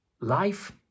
life